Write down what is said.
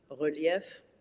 relief